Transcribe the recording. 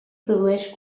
produeix